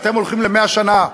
אתם הולכים ל-100 שנה,